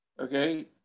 okay